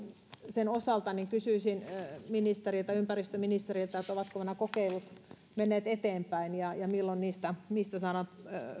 sen osalta kysyisin ympäristöministeriltä ovatko nämä kokeilut menneet eteenpäin ja ja milloin niistä saadaan